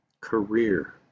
career